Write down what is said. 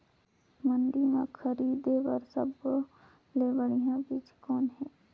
मंडी म खरीदे बर सब्बो ले बढ़िया चीज़ कौन हे?